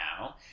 now